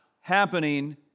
happening